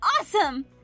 awesome